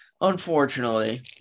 unfortunately